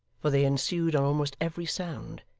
for they ensued on almost every sound,